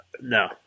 No